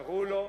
קראו לו,